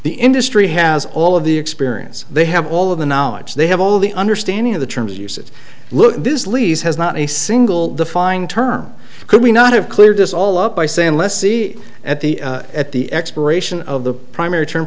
the industry has all of the experience they have all of the knowledge they have all the understanding of the terms of use that look this lease has not a single defined term could we not have cleared this all up by saying let's see at the at the expiration of the primary term